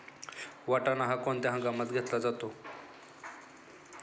वाटाणा हा कोणत्या हंगामात घेतला जातो?